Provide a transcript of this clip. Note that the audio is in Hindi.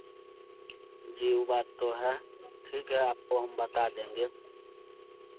जी वो बात तो है ठीक है आपको हम बता देंगे